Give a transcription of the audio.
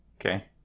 Okay